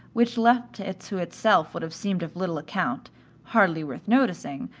which left to itself would have seemed of little account hardly worth noticing,